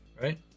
right